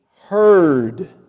heard